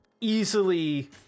easily